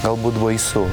galbūt baisu